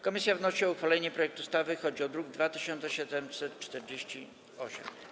Komisja wnosi o uchwalenie projektu ustawy z druku nr 2748.